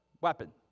weapon